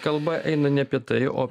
kalba eina ne apie tai o